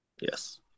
Yes